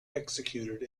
executed